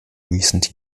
recent